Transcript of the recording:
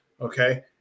okay